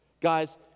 Guys